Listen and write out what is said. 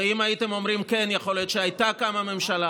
ואם הייתם אומרים כן יכול להיות שהייתה קמה ממשלה